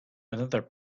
another